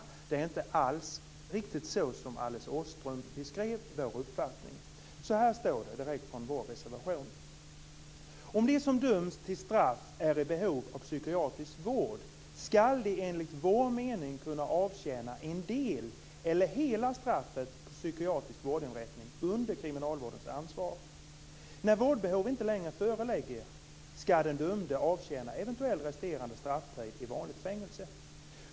Vår uppfattning är inte alls så som Alice Åström beskrev den. Så här står det i vår reservation: Om de som döms till straff är i behov av psykiatrisk vård skall de enligt vår mening kunna avtjäna en del eller hela straffet på psykiatrisk vårdinrättning under kriminalvårdens ansvar. När vårdbehov inte längre föreligger skall den dömde avtjäna eventuell resterande strafftid i vanligt fängelse.